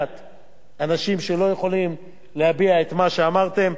אנשים שלא יכולים להביע את מה שאמרתם.